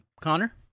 Connor